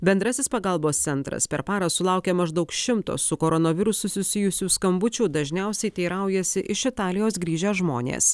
bendrasis pagalbos centras per parą sulaukia maždaug šimto su koronavirusu susijusių skambučių dažniausiai teiraujasi iš italijos grįžę žmonės